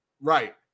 Right